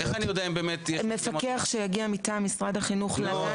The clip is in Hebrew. איך אני יודע אם באמת --- מפקח שיגיע מטעם משרד החינוך לגן,